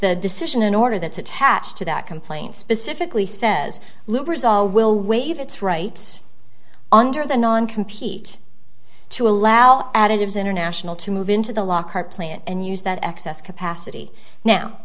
the decision in order that's attached to that complaint specifically says lubrizol will waive its rights under the non compete to allow additives international to move into the lockhart plant and use that excess capacity now